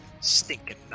stinking